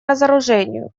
разоружению